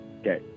Okay